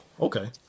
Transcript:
okay